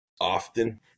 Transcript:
often